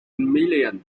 million